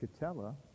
Catella